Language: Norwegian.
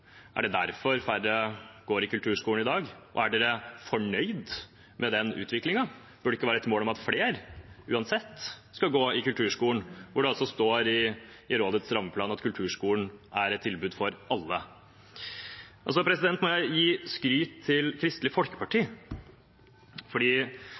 dere fornøyd med den utviklingen? Bør det ikke være et mål at flere – uansett – skal gå i kulturskolen? Det står jo i rammeplanen til Norsk kulturskoleråd at kulturskolen er et tilbud for alle. Så må jeg gi skryt til Kristelig Folkeparti, fordi